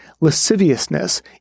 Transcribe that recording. lasciviousness